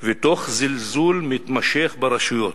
ותוך זלזול מתמשך ברשויות.